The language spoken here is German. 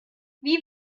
wie